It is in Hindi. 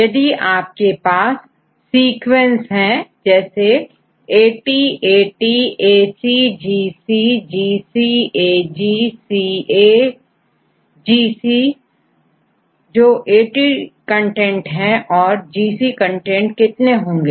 यदि आपके पास सीक्वेंस है जैसे ATATACGGGCAGCAGC जोAT कंटेंट औरGC कंटेंट कितने होंगे